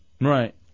Right